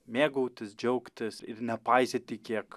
mėgautis džiaugtis ir nepaisyti kiek